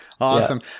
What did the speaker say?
awesome